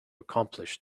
accomplish